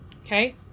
Okay